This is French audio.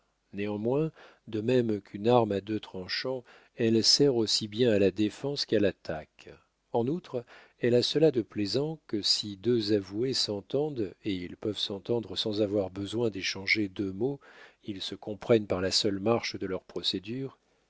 néanmoins de même qu'une arme à deux tranchants elle sert aussi bien à la défense qu'à l'attaque en outre elle a cela de plaisant que si deux avoués s'entendent et ils peuvent s'entendre sans avoir besoin d'échanger deux mots ils se comprennent par la seule marche de leur procédure